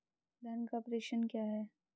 धन का प्रेषण क्या है?